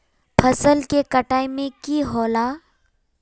फसल के कटाई में की होला?